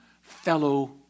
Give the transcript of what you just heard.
fellow